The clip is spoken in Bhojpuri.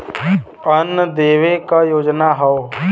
अन्न देवे क योजना हव